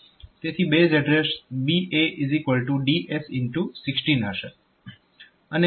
તેથી base address BA x 16 હશે